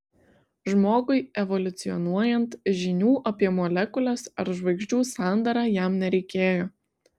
žmogui evoliucionuojant žinių apie molekules ar žvaigždžių sandarą jam nereikėjo